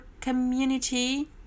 community